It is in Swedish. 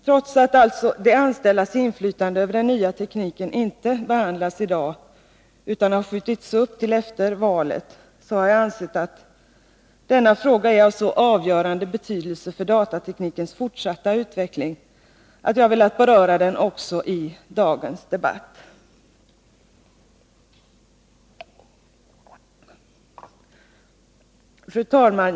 Trots att alltså frågan om de anställdas inflytande över den nya tekniken inte behandlas i dag — behandlingen av den frågan har skjutits upp till efter valet — har jag ansett att denna fråga är av så avgörande betydelse för datateknikens fortsatta utveckling att jag velat beröra den också i dagens debatt. Herr talman!